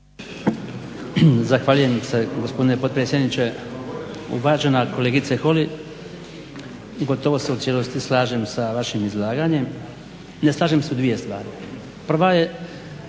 Zahvaljujem se gospodine potpredsjedniče. Uvažena kolegica Holy gotovo se u cijelosti slažem s vašim izlaganjem. Ne slažem se u dvije stvari. Prva je